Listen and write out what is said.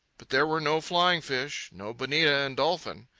but there were no flying fish, no bonita and dolphin.